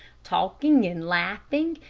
talking and laughing,